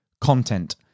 content